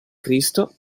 cristo